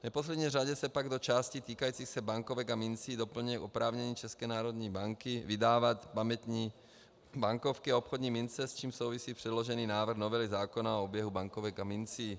V neposlední řadě se pak do části týkající se bankovek a mincí doplňuje oprávnění České národní banky vydávat pamětní bankovky a obchodní mince, s čímž souvisí předložený návrh novely zákona o oběhu bankovek a mincí.